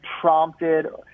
prompted